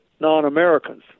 non-Americans